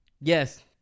Yes